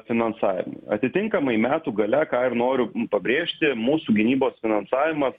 finansavimui atitinkamai metų gale ką ir noriu pabrėžti mūsų gynybos finansavimas